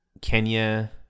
Kenya